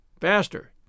Faster